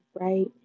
right